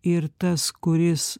ir tas kuris